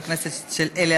חברת הכנסת עליזה